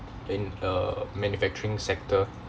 in a manufacturing sector